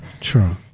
True